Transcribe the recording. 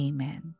Amen